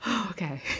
Okay